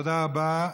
תודה רבה.